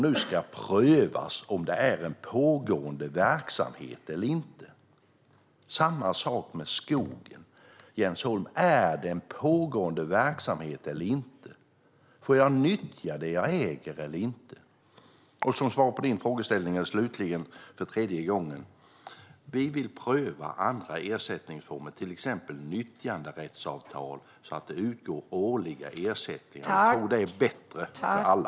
Nu ska det prövas om detta är en pågående verksamhet eller inte. Samma sak gäller för skogen. Jens Holm: Är det en pågående verksamhet eller inte? Får jag nyttja det jag äger eller inte? Som svar på din frågeställning säger jag slutligen, för tredje gången, att vi vill pröva andra ersättningsformer, till exempel nyttjanderättsavtal, så att det utgår årliga ersättningar. Vi tror att det är bättre för alla.